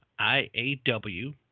IAW